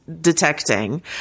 detecting